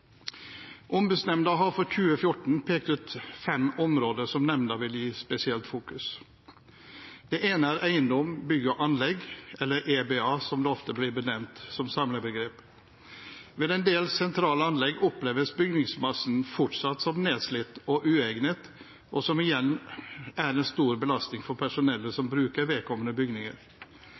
Ombudsmannsnemnda har for 2014 pekt ut fem områder som nemnda vil gi spesiell oppmerksomhet: Det ene er eiendommer, bygg og anlegg, eller EBA, som det ofte blir benevnt som samlebegrep. Ved en del sentrale anlegg oppleves bygningsmassen fortsatt som nedslitt og uegnet, noe som igjen er en stor belastning for personellet som bruker vedkommende bygninger.